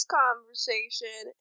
conversation